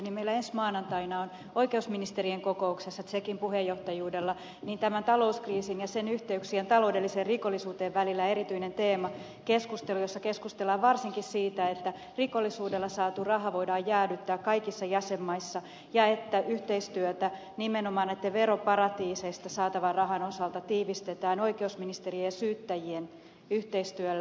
meillä ensi maanantaina on oikeusministerien kokouksessa tsekin puheenjohtajuudella tämä talouskriisi ja sen yhteydet taloudelliseen rikollisuuteen erityisenä teemana keskustelussa ja keskustellaan varsinkin siitä että rikollisuudella saatu raha voidaan jäädyttää kaikissa jäsenmaissa ja että yhteistyötä nimenomaan näitten veroparatiiseista saatavan rahan osalta tiivistetään oikeusministerien ja syyttäjien yhteistyöllä